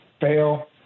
fail